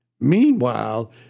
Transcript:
Meanwhile